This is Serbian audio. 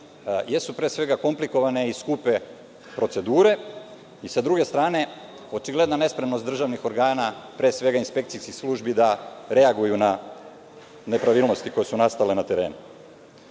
jesu komplikovane i skupe procedure. Sa druge strane, očigledna nespremnost državnih organa, pre svega inspekcijskih službi, da reaguju na nepravilnosti koje su nastale na terenu. Upravo